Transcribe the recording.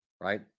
right